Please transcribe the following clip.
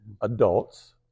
adults